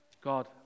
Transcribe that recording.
God